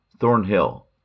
Thornhill